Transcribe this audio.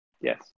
Yes